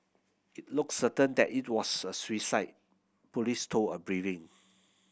it looks certain that it was a suicide police told a briefing